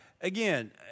again –